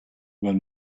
were